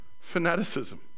fanaticism